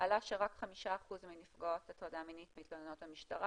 עלה שרק 5% מנפגעות הטרדה מינית מתלוננות למשטרה.